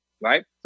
right